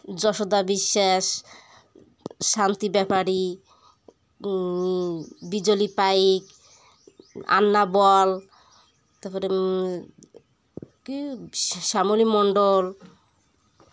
ଯଶୋଦା ବିଶ୍ୱାସ ଶାନ୍ତି ବେପାରୀ ବିଜଲି ପାଇକ ଆନ୍ନା ବଲ୍ ତା'ପରେ କି ସାମଲି ମଣ୍ଡଲ